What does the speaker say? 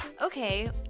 okay